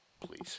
Please